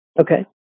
Okay